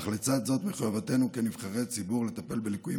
אך לצד זאת מחובתנו כנבחרי ציבור לטפל בליקויים